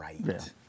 right